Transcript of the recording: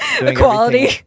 equality